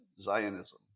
Zionism